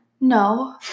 No